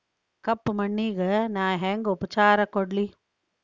ಕಪ್ಪ ಮಣ್ಣಿಗ ನಾ ಹೆಂಗ್ ಉಪಚಾರ ಕೊಡ್ಲಿ?